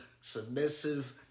submissive